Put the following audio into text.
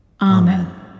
Amen